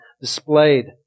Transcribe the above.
displayed